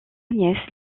nièce